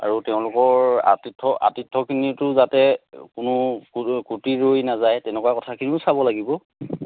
আৰু তেওঁলোকৰ আতিথ্য আতিথ্যখিনিতো যাতে কোনো ত্ৰুটি ৰৈ নাযায় তেনেকুৱা কথাখিনিও চাব লাগিব